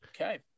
Okay